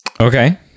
Okay